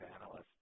analysts